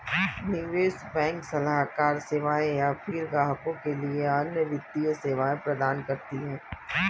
निवेश बैंक सलाहकार सेवाएँ या फ़िर ग्राहकों के लिए अन्य वित्तीय सेवाएँ प्रदान करती है